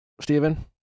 Stephen